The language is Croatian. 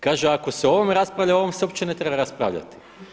Kaže ako se o ovome raspravlja o ovome se uopće ne treba raspravljati.